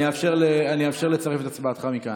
אני אאפשר לצרף את הצבעתך מכאן,